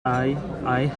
i—i